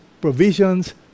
provisions